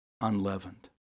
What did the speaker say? unleavened